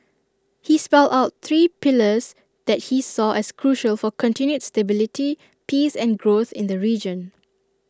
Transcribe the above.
he spelt out three pillars that he saw as crucial for continued stability peace and growth in the region